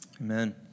Amen